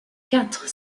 quatre